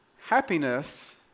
Happiness